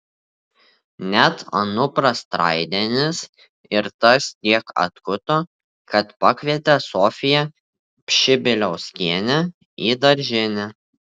net anupras traidenis ir tas tiek atkuto kad pakvietė sofiją pšibiliauskienę į daržinę